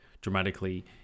dramatically